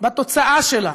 בתוצאה שלה.